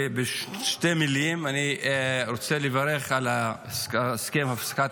בשתי מילים אני רוצה לברך על הסכם הפסקת